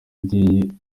yagiye